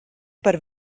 par